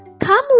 come